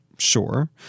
Sure